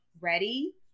ready